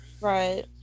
right